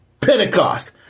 Pentecost